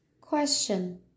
Question